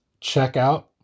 Checkout